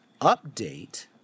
update